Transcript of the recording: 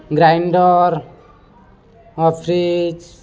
grinder fridge